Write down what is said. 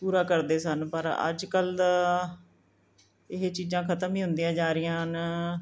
ਪੂਰਾ ਕਰਦੇ ਸਨ ਪਰ ਅੱਜ ਕੱਲ ਦਾ ਇਹ ਚੀਜ਼ਾਂ ਖਤਮ ਹੀ ਹੁੰਦੀਆਂ ਜਾ ਰਹੀਆਂ ਹਨ